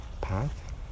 path